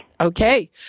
Okay